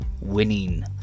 winning